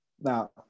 Now